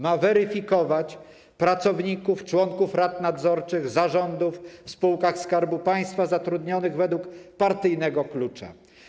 Ma weryfikować pracowników, członków rad nadzorczych, zarządów w spółkach Skarbu Państwa zatrudnionych według partyjnego klucza.